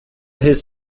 his